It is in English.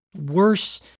worse